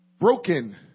broken